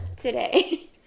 today